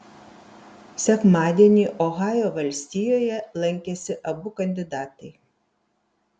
sekmadienį ohajo valstijoje lankėsi abu kandidatai